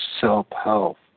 self-help